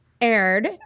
aired